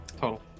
total